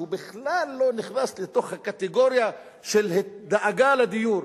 שהוא בכלל לא נכנס לתוך הקטגוריה של דאגה לדיור.